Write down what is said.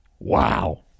Wow